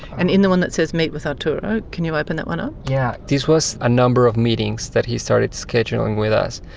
and in the one that says meet with arturo, can you open that one up? yeah, this was a number of meetings that he started scheduling with us.